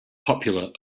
popular